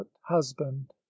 husband